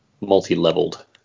multi-leveled